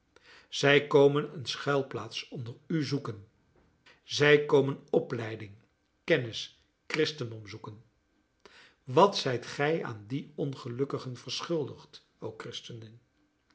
zij komen een schuilplaats onder u zoeken zij komen opleiding kennis christendom zoeken wat zijt gij aan die ongelukkigen verschuldigd o christenen